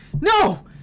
No